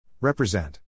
Represent